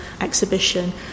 exhibition